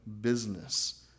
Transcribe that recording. business